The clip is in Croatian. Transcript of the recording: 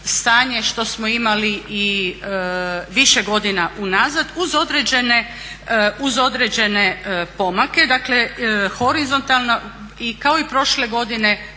što smo imali i više godina unazad uz određene pomake, dakle horizontalna, kao i prošle godine